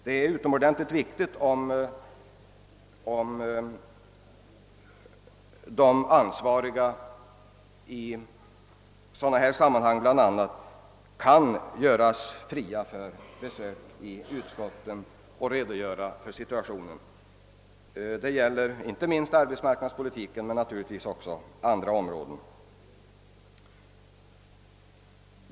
Det är utomordentligt viktigt i sammanhang som dessa att de ansvariga kan göras fria för att vid besök i utskotten redogöra för situationen; det gäller inte minst arbetsmarknadspolitiken men naturligtvis också andra områden.